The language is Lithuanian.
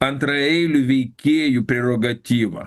antraeilių veikėjų prerogatyva